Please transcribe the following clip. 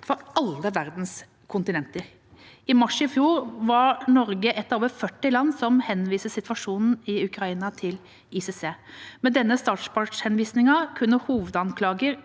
fra alle verdens kontinenter. I mars i fjor var Norge et av over 40 land som henviste situasjonen i Ukraina til ICC. Med denne statspartshenvisningen kunne hovedanklager